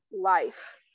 life